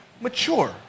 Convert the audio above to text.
mature